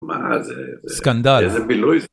מה זה זה. סקנדל.איזה בילוי זה